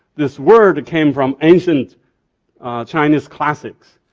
this word came from ancient chinese classics,